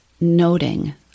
noting